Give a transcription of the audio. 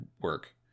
work